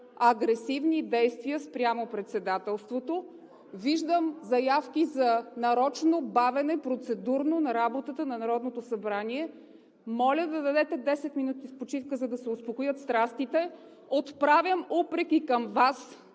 агресивни действия спрямо председателството, виждам заявки за нарочно бавене – процедурно, на работата на Народното събрание. Моля да дадете 10 минути почивка, за да се успокоят страстите. Отправям упрек и към Вас,